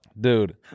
Dude